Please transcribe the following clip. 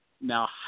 now